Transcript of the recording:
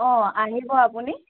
অ আহিব আপুনি